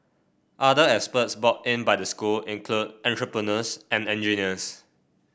other experts brought in by the school include entrepreneurs and engineers